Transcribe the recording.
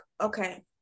okay